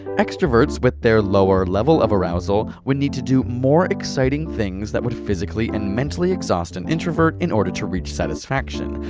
extroverts, with their lower level of arousal, would need to do more exciting things that would physically and mentally exhaust an introvert, in order to reach satisfaction.